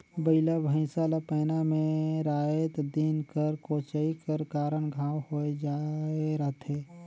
बइला भइसा ला पैना मे राएत दिन कर कोचई कर कारन घांव होए जाए रहथे